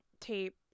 tape